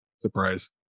surprise